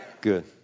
Good